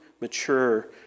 mature